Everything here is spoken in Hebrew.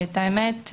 האמת,